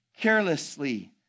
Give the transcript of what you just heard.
Carelessly